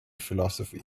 philosophy